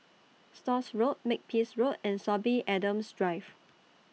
Stores Road Makepeace Road and Sorby Adams Drive